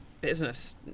Business